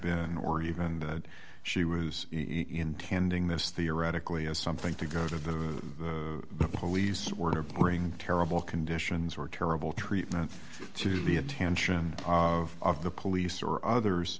been or even that she was intending this theoretically as something to go out of the police were to bring terrible conditions were terrible treatment to the attention of the police or others